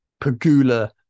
Pagula